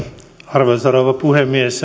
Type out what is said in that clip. arvoisa rouva puhemies